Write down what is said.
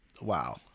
wow